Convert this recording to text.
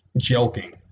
Jelking